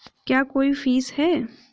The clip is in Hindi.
क्या कोई फीस है?